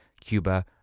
Cuba